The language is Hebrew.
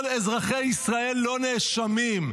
כל אזרחי ישראל לא נאשמים.